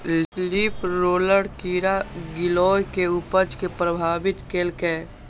leaf roller कीड़ा गिलोय के उपज कें प्रभावित केलकैए